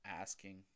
asking